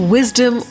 Wisdom